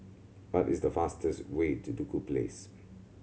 what is the fastest way to Duku Place